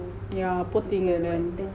yeah putting err